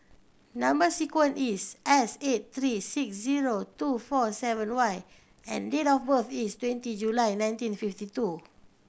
number sequence is S eight three six zero two four seven Y and date of birth is twenty July nineteen fifty two